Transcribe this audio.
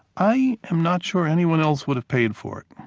i am not sure anyone else would have paid for it,